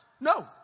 No